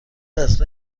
اصلا